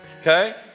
Okay